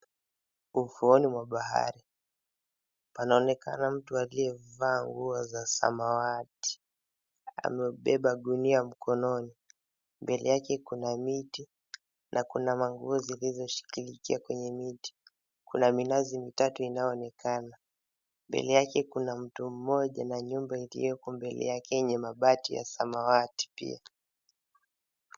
Ufuoni mwa bahari panaonekana mtu aliyevaa nguo za samawati. Amebeba gunia mkononi. Mbele yake kuna miti na kuna nguo zilizoshikilikia kwenye miti. Kuna minazi mitatu inayo onekana. Mbele yake kuna mtu mmoja na nyumba ilioko mbele yake yenye mabati ya samawati pia.